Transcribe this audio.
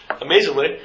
amazingly